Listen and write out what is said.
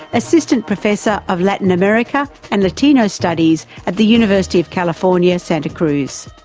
assistant professor of latin american and latino studies at the university of california, santa cruz.